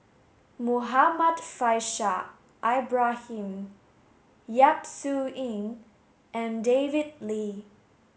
Muhammad Faishal Ibrahim Yap Su Yin and David Lee